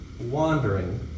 wandering